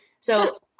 So-